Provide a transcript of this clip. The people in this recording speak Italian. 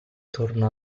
tornò